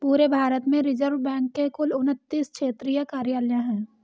पूरे भारत में reserve bank के कुल उनत्तीस क्षेत्रीय कार्यालय हैं